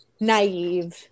naive